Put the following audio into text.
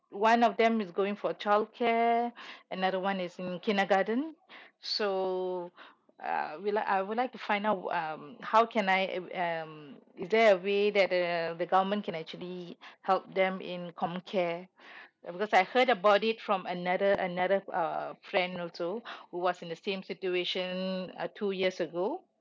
one of them is going for childcare and another one is in kindergarten so uh we like I would like to find out um how can I um is there a way that the the government can actually help them in comcare because I heard about it from another another uh friend also who was in the same situation uh two years ago